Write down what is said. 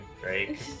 Drake